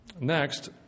Next